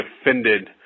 offended